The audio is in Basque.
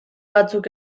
batzuk